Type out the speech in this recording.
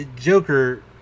Joker